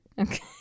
Okay